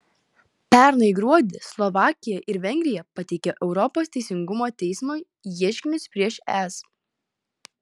pernai gruodį slovakija ir vengrija pateikė europos teisingumo teismui ieškinius prieš es